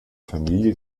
familie